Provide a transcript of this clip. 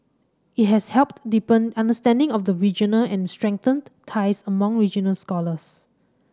it has helped deepen understanding of the region and strengthened ties among regional scholars